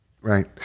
right